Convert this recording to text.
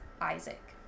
Isaac